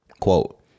quote